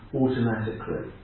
automatically